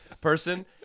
person